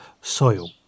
soil